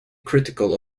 critical